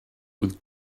with